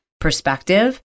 perspective